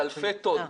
אלפי טון.